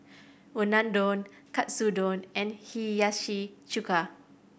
Unadon Katsudon and Hiyashi Chuka